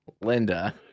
Linda